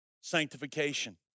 sanctification